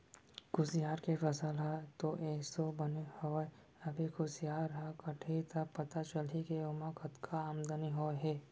कुसियार के फसल ह तो एसो बने हवय अभी कुसियार ह कटही त पता चलही के ओमा कतका आमदनी होय हे